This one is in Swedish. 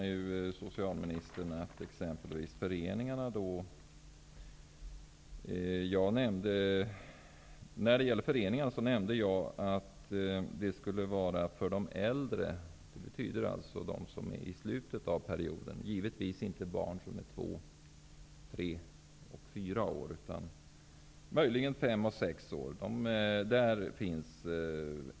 När jag nämnde att verksamheten skulle kunna bedrivas av föreningar avsåg jag äldre barn, i slutet av föreskoleperioden. Jag menade givetvis inte barn som är två, tre och fyra år -- möjligen fem och sex år.